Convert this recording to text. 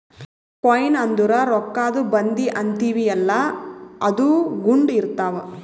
coin ಅಂದುರ್ ರೊಕ್ಕಾದು ಬಂದಿ ಅಂತೀವಿಯಲ್ಲ ಅದು ಗುಂಡ್ ಇರ್ತಾವ್